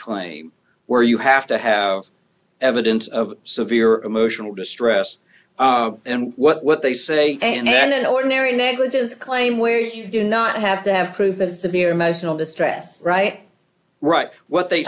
claim where you have to have evidence of severe emotional distress and what they say and an ordinary negligence claim where you do not have to have proof of severe emotional distress right right what they